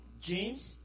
James